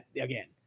again